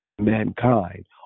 mankind